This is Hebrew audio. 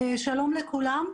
שלום לכולם.